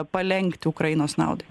palenkti ukrainos naudai